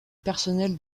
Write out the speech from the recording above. personnel